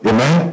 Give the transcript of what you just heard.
Amen